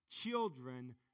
Children